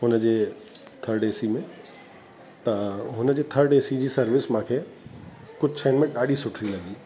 हुन जे third AC में त हुन जे थर्ड एसी जी सर्विस मूंखे कुझु शयुनि में ॾाढी सुठी लॻी